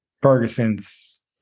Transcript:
Ferguson's